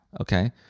Okay